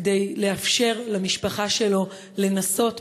כדי לאפשר למשפחה שלו לנסות,